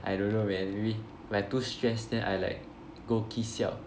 I don't know man maybe if I too stress then I like go ki-siao